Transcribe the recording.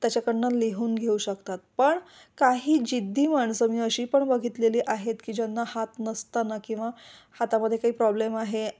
त्याच्याकडनं लिहून घेऊ शकतात पण काही जिद्दी माणसं मी अशी पण बघितलेली आहेत की ज्यांना हात नसताना किंवा हातामध्ये काही प्रॉब्लेम आहे